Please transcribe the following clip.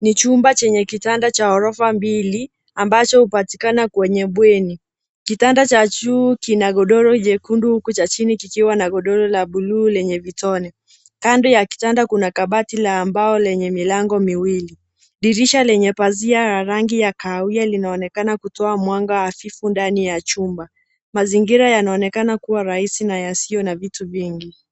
Ni chumba chenye kitanda Cha gorofa mbili ambacho hupatikana kwenye bweni. Kitanda cha juu kina godoro jekundu huku cha chini kikiwa na godoro la buluu lenye vitone. Kando ya kitanda kuna kabati la mbao lenye milango miwili. Dirisha lenye pazia la rangi ya kahawia linaonekana kutoa mwanga hafifu ndani ya chumba. Mazingira yanaonekana kuwa rahisi na yasiyo na vitu vingi.